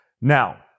now